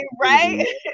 right